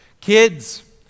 Kids